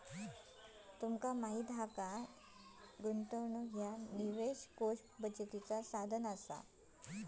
तुमका माहीत हा काय की गुंतवणूक निवेश कोष बचतीचा साधन हा